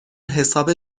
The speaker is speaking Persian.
حساب